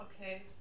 Okay